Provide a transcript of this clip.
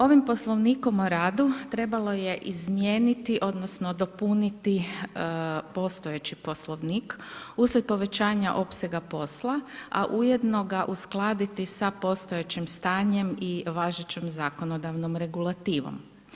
Ovim Poslovnikom o radu trebalo je izmijeniti odnosno dopuniti postojeći Poslovnik uslijed povećanja opsega posla, a ujedno ga uskladiti sa postojećim stanjem i važećom zakonodavnom regulativom.